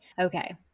Okay